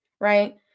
right